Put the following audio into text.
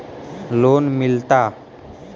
Loan मिलता?